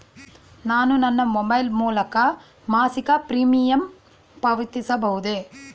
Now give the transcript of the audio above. ನಾನು ನನ್ನ ಮೊಬೈಲ್ ಮೂಲಕ ಮಾಸಿಕ ಪ್ರೀಮಿಯಂ ಪಾವತಿಸಬಹುದೇ?